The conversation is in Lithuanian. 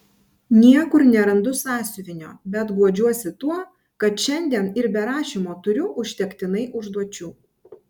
niekur nerandu sąsiuvinio bet guodžiuosi tuo kad šiandien ir be rašymo turiu užtektinai užduočių